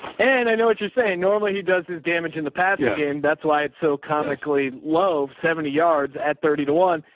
and i know what you're saying. normally he does his damage in the passing game. that's why it's so comically low seventy yards at thirty to one.